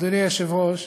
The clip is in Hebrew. אדוני היושב-ראש,